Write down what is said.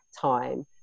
time